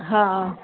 हा